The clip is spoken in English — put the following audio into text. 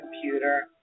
computer